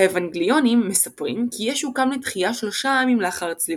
האוונגליונים מספרים כי ישו קם לתחייה שלושה ימים לאחר צליבתו,